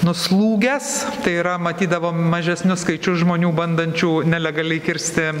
nuslūgęs tai yra matydavom mažesnius skaičius žmonių bandančių nelegaliai kirsti